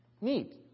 neat